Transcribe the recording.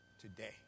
today